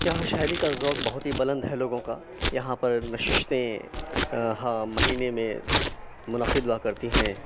یہاں شاعری کا ذوق بہت ہی بُلند ہے لوگوں کا یہاں پر نشستیں ہاں مہینے میں منعقد ہُوا کرتی ہیں